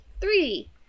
Three